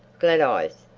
glad-eyes,